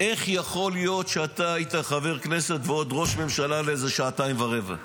איך יכול להיות שאתה היית חבר כנסת ועוד ראש ממשלה לאיזה שעתיים ורבע.